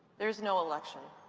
there's no election.